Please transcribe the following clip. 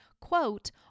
quote